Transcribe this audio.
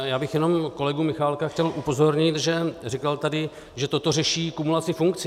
Já bych jenom kolegu Michálka chtěl upozornit, že říkal tady, že toto řeší kumulaci funkcí.